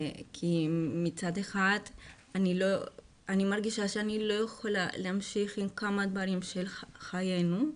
כי מצד אחד אני מרגישה שאני לא יכולה להמשיך עם כמה דברים של חיינו,